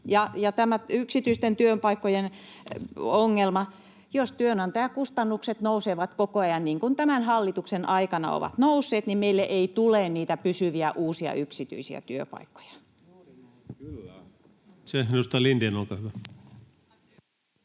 tästä yksityisten työpaikkojen ongelmasta: jos työnantajakustannukset nousevat koko ajan, niin kuin tämän hallituksen aikana ovat nousseet, meille ei tule niitä pysyviä uusia yksityisiä työpaikkoja. Kiitoksia. — Edustaja Lindén, olkaa hyvä.